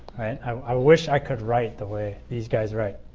i wish i could write the way these guys write.